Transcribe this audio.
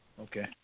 Okay